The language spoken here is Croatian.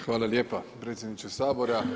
Hvala lijepa predsjedniče Sabora.